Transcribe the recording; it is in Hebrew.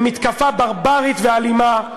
במתקפה ברברית ואלימה,